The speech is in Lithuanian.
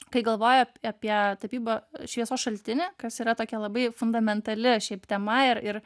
kai galvoju apie tapybą šviesos šaltinį kas yra tokia labai fundamentali šiaip tema ir ir